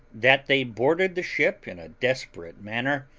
that they boarded the ship in a desperate manner,